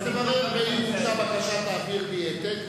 אז תברר, ואם הוגשה בקשה תעביר לי העתק.